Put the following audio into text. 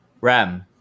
Ram